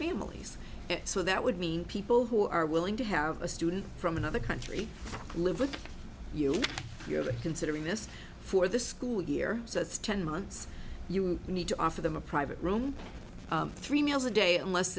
families so that would mean people who are willing to have a student from another country live with you you're considering this for the school year so it's ten months you need to offer them a private room three meals a day unless